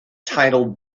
titled